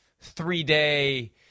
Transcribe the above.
three-day